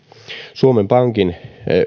suomen pankin